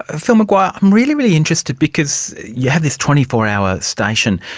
ah phil mcguire, i'm really, really interested because you have this twenty four hour station,